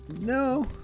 no